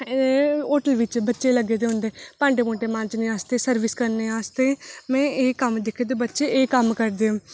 ऐ होटल बिच बच्चे लग्गे दे होंदे भांडे भूंडे मांजने आस्तै सर्बिस करने आस्तै ते में एह् कम्म करदे दिक्खे दे बच्चे एह् कम्म करदे